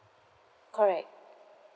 correct